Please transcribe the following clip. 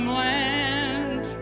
land